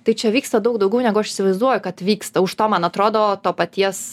tai čia vyksta daug daugiau negu aš įsivaizduoju kad vyksta už to man atrodo to paties